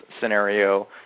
scenario